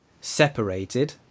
separated